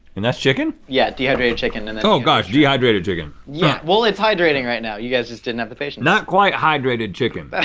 and that's chicken? yeah dehydrated chicken and oh gosh, dehydrated chicken. yeah, well it's hydrating right now. you guys just didn't have the patience. not quite hydrated chicken. but